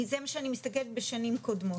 זה מה שאני מסתכלת בשנים קודמות.